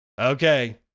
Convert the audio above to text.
Okay